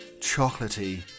chocolatey